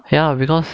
ya because